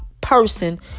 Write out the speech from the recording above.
person